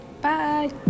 Bye